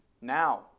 Now